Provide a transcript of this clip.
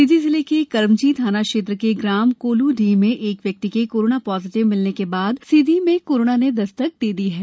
सीधी जिले के कमर्जी थाना क्षेत्र के ग्राम कोल्हडीह में एक व्यक्ति के कोरोना पॉजिटिव मिलने के साथ सीधी में कोरोना ने दस्तक दे दी है